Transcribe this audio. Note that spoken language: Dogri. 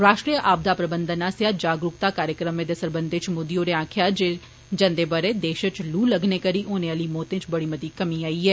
राष्ट्रीय आपदा प्रबंधन आस्सेआ जागरूक्ता कार्यक्रमें दे सरबंधैं च मोदी होरें आक्खेआ जे जन्दे बरे देशे च लूह लगने करी होने आली मौते च बड़ी मती कमी आई ऐ